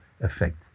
effect